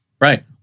right